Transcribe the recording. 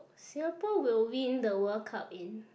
Singapore will win the World Cup in